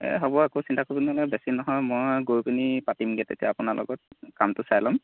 এই হ'ব একো চিন্তা কৰিব নালাগে বেছি নহয় মই গৈ পিনি পাতিমগৈ তেতিয়া আপোনাৰ লগত কামটো চাই ল'ম